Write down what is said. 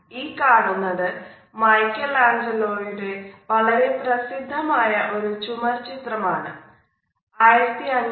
ഈ കാണുന്നതു മൈക്കെലാഞ്ചലോയുടെ വളരെ പ്രസിദ്ധമായ ഒരു ചുമർ ചിത്രം ആണ്